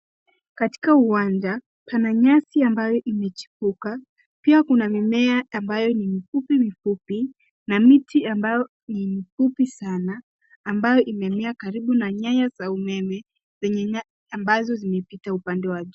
Katika uwanja, pana nyasi ambayo imechipuka. Pia kuna mimea ambayo ni mifupi mifupi na miti ambayo ni mifupi sana ambayo imemea karibu na nyaya za umeme ambazo zimepita upande wa juu.